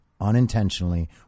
unintentionally